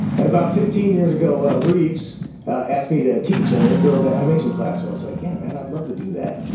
and about fifteen years ago, ah reeves asked me to teach an intro to animation class. i was like, yeah, man, i'd love to do that.